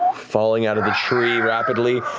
falling out of the tree rapidly,